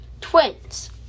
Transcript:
Twins